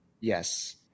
Yes